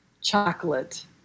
chocolate